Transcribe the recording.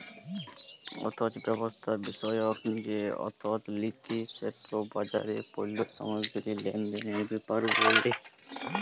অথ্থব্যবস্থা বিষয়ক যে অথ্থলিতি সেট বাজারে পল্য সামগ্গিরি লেলদেলের ব্যাপারে ব্যলে